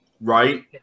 Right